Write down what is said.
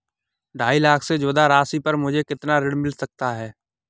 ढाई लाख से ज्यादा राशि पर मुझे कितना ऋण मिल सकता है?